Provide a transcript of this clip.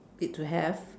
it to have